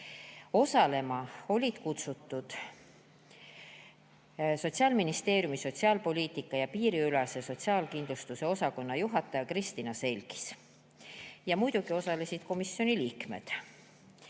Osalema oli kutsutud Sotsiaalministeeriumi [pensioni]poliitika ja piiriülese sotsiaalkindlustuse osakonna juhataja Kristiina Selgis. Muidugi osalesid komisjoni liikmed.